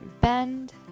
bend